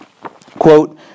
quote